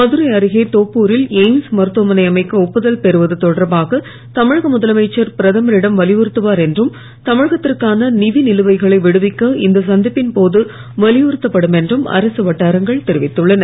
மதுரை அருகே தோப்பூரில் எய்ம்ஸ் மருத்துவமனை அமைக்க ஒப்புதல் பெறுவது தொடர்பாக தமிழக முதலமைச்சர் பிரதமரிடம் வலியுறுத்துவார் என்றும் தமிழகத்திற்கான நிதி நிலுவைகளை விடுவிக்க இந்த சந்திப்பின் போது வலியுறுத்தப்படும் என்றும் அரக வட்டாரங்கள் தெரிவித்துள்ளன